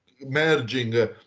merging